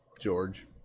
George